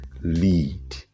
lead